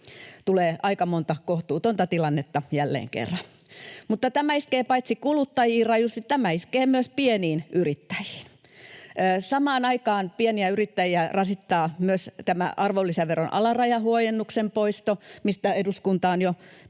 Tulee aika monta kohtuutonta tilannetta jälleen kerran. Mutta paitsi että tämä iskee kuluttajiin rajusti, tämä iskee myös pieniin yrittäjiin. Samaan aikaan pieniä yrittäjiä rasittaa myös tämä arvonlisäveron alarajahuojennuksen poisto, mistä eduskunta on jo päättänyt,